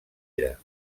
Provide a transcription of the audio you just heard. era